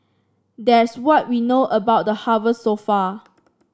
there's what we know about the harvest so far